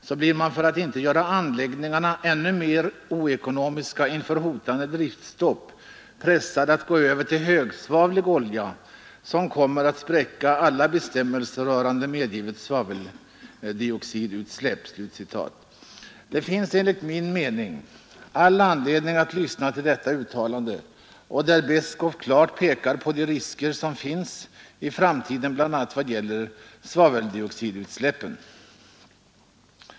Då blir man för att inte göra anläggningarna ännu mer oekonomiska inför hotande driftstopp pressad att gå över till högsvavlig olja som kommer att spräcka alla bestämmelser rörande medgivet svaveldioxidutsläpp. Så långt professor Beskow. Det finns enligt min mening all anledning att lyssna till detta uttalande, där Beskow klart pekar på de framtida riskerna, bl.a. vad gäller svaveldioxidutsläppen.